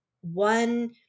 one